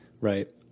right